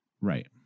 right